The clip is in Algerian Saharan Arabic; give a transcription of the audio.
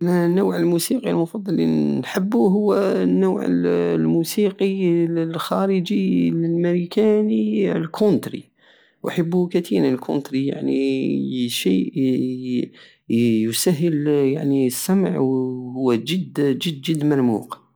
انا النوع الموسيقي المفضل الي نحبو هو النوع الموسيقي الخارجي الماريكاني الكونتري احب كتيرا الكونتري يعني شيء يسهل يعني السمع وهو جد جد جد مرموق